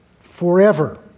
forever